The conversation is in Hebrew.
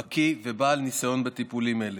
בקי ובעל ניסיון בטיפולים האלה.